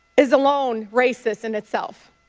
is alone racist in itself.